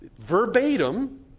Verbatim